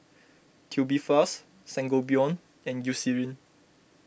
Tubifast Sangobion and Eucerin